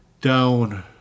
down